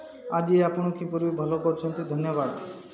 ଆଜି ଆପଣ କିପରି ଭଲ କରୁଛନ୍ତି ଧନ୍ୟବାଦ